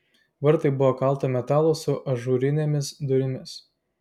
vartai buvo kalto metalo su ažūrinėmis durimis